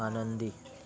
आनंदी